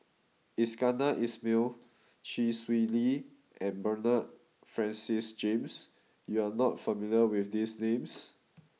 Iskandar Ismail Chee Swee Lee and Bernard Francis James you are not familiar with these names